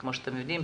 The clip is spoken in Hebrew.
כמו שאתם יודעים,